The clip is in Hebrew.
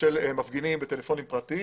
של מפגינים בטלפונים פרטיים.